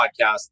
podcast